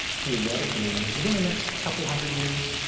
theoretically, within the next couple hundred years,